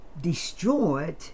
destroyed